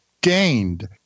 gained